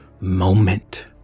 Moment